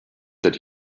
that